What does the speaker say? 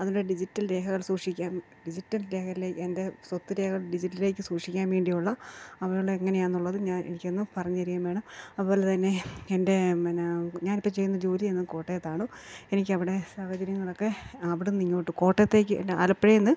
അതിൻ്റെ ഡിജിറ്റൽ രേഖകൾ സൂക്ഷിക്കാൻ ഡിജിറ്റൽ രേഖയിലെ എൻ്റെ സ്വത്ത് രേഖകൾ ഡിജിറ്റലേക്ക് സൂക്ഷിക്കാൻ വേണ്ടിയുള്ള എങ്ങനെയാണെന്ന് ഉള്ളത് ഞാൻ എനിക്കൊന്ന് പറഞ്ഞു തരികയും വേണം അതുപോലെത്തന്നെ എൻ്റെ പിന്നെ ഞാനിപ്പോൾ ചെയ്യുന്ന ജോലിയങ്ങ് കോട്ടയത്താണ് എനിക്കവിടെ സാഹചര്യങ്ങളൊക്കെ അവിടുന്ന് ഇങ്ങോട്ട് കോട്ടയത്തേക്ക് അല്ല ആലപ്പുഴയിൽനിന്ന്